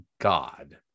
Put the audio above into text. god